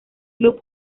club